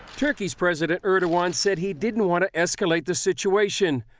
turkey's president erdogan said he didn't want to escalate the situation,